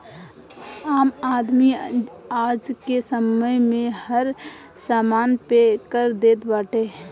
आम आदमी आजके समय में हर समान पे कर देत बाटे